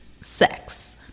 sex